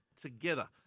together